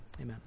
Amen